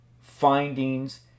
findings